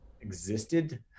existed